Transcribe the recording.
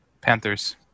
Panthers